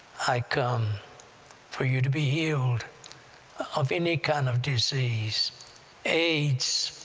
i come for you to be healed of any kind of disease aids